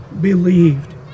believed